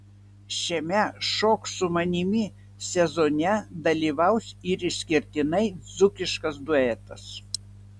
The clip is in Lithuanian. šiame šok su manimi sezone dalyvaus ir išskirtinai dzūkiškas duetas